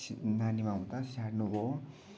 नानीमा हुँदा स्याहार्नुभयो